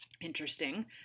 interesting